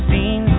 Seen